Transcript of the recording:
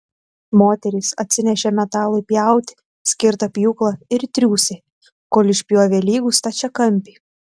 moterys atsinešė metalui pjauti skirtą pjūklą ir triūsė kol išpjovė lygų stačiakampį